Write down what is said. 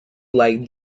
like